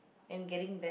and getting there